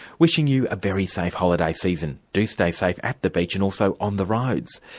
wishing you a very safe holiday season. do stay safe at the beach and also on the roads.